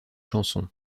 chanson